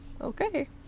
Okay